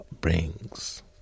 brings